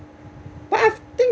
but I think